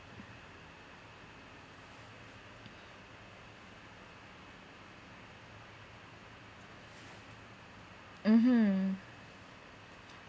mmhmm